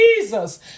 Jesus